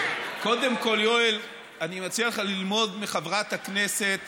קודם כול, יואל, אני מציע לך ללמוד מחברת הכנסת